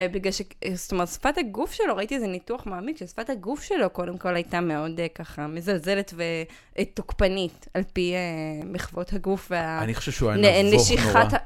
בגלל ש... זאת אומרת, שפת הגוף שלו, ראיתי איזה ניתוח מעמיד, ששפת הגוף שלו, קודם כול, הייתה מאוד ככה מזלזלת ותוקפנית, על פי מחוות הגוף ונשיכת ה...